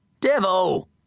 Devil